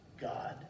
God